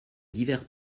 divers